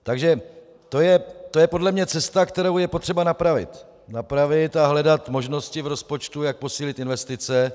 Takže to je podle mě cesta, kterou je potřeba napravit a hledat možnosti v rozpočtu, jak posílit investice.